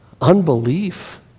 unbelief